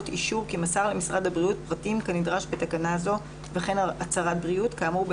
האם הבן אדם בריא כן או לא וזה נעשה על ידי מדידת חום וגם הצהרת בריאות.